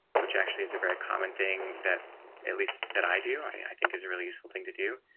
which actually is a very common thing that at least that i do. i mean i think is a really useful thing to do.